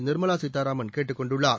நிா்மலா கீதாராமன் கேட்டுக் கொண்டுள்ளார்